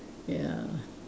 ya